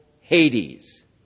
Hades